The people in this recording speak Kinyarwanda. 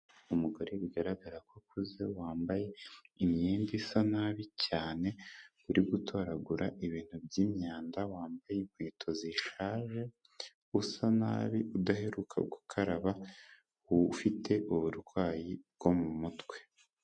Umugore bigaragara ko ukuze wambaye imyenda isa nabi cyane, uri gutoragura ibintu by'imyanda wambaye inkweto zishaje, usa nabi udaheruka gukaraba ufite uburwayi bwo mu mutwe.